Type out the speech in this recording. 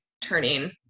turning